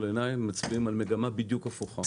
עיניי מצביעים על מגמה בדיוק הפוכה,